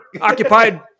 occupied